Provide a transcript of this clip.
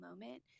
moment